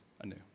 anew